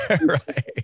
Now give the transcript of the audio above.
right